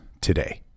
today